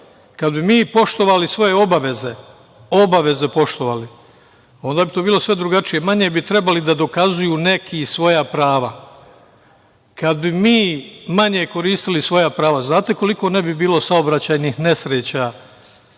bi mi poštovali svoje obaveze, obaveze poštovali, onda bi to bilo sve drugačije, manje bi trebali da dokazuju neki svoja prava. Kada bi mi manje koristili svoja prava, znate koliko ne bi bilo saobraćajnih nesreća